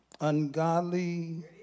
ungodly